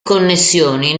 connessioni